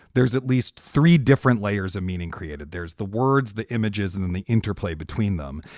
there's at least three different layers of meaning created. there's the words, the images and then the interplay between them.